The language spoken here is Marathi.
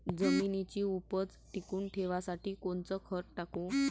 जमिनीची उपज टिकून ठेवासाठी कोनचं खत टाकू?